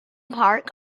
park